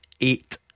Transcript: Eight